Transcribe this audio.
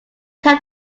tell